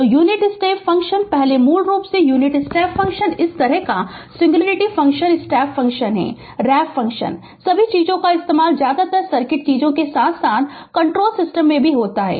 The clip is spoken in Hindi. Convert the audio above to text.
तो यूनिट स्टेप फंक्शन पहले मूल रूप से यूनिट स्टेप फंक्शन इस तरह का singularity function step function ramp function सभी चीजों का इस्तेमाल ज्यादातर सर्किट चीज के साथ साथ कंट्रोल सिस्टम में भी होता है